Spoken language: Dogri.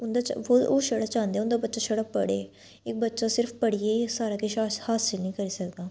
उं'दा ते ओह् छड़ा चाह्दे उं'दा बच्चा छड़ा पढ़े बच्चा सिर्फ पढ़ियै गै सारा किश हास हासल नी करी सकदा